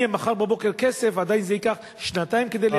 יהיה מחר בבוקר כסף עדיין זה ייקח שנתיים כדי לייצר,